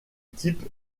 type